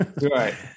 Right